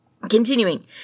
Continuing